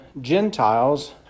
Gentiles